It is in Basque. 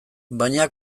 baina